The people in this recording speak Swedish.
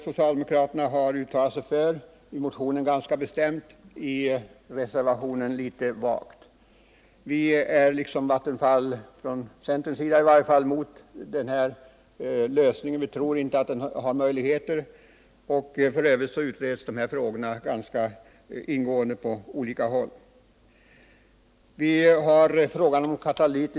Socialdemokraterna har i motionen uttalat sig ganska bestämt för värmekulvertar, men i reservationen uttrycker de sig litet vagare. Vi är från centerns sida, i likhet med Vattenfall, mot en sådan lösning. Vi tror inte på dess möjligheter. F. ö. utreds dessa frågor ganska ingående på olika håll.